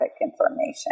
information